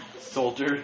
Soldier